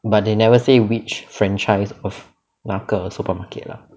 but they never say which franchise of 那个 supermarket lah